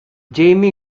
jaime